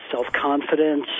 self-confidence